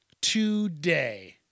today